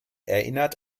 erinnert